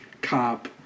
cop